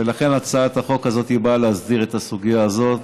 ולכן הצעת החוק הזאת באה להסדיר את הסוגיה הזאת.